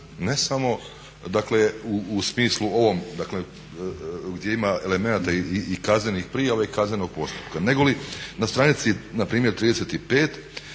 ne samo u smislu ovom gdje ima elemenata i kaznenih prijava i kaznenog postupka, nego li na stranici npr. 35.